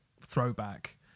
throwback